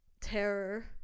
terror